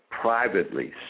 privately